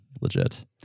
legit